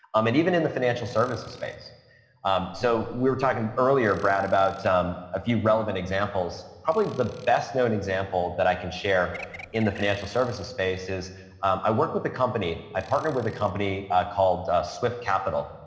um and even in the financial services space. ryan levesque um so, we were talking earlier, brad, about a few relevant examples. probably the best known example that i can share in the financial services space is i work with a company, i partnered with a company called swift capital,